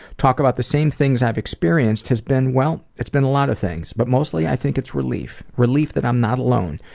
talk about the same things i've experienced has been, well, it's been a lot of things, but mostly i think it's relief. relief that i'm not alone,